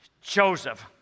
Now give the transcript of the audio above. Joseph